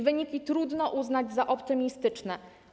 Wyniki trudno uznać za optymistyczne.